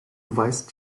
weißt